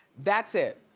that's it.